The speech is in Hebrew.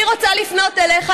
אני רוצה לפנות אליך,